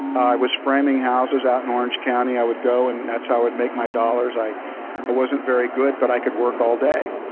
i was framing houses out in orange county. i would go and that's how i would make my dollars. i i wasn't very good but i could work all day.